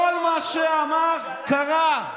כל מה שאמר, קרה.